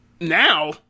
now